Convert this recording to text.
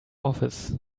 office